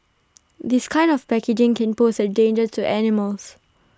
this kind of packaging can pose A danger to animals